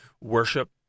worship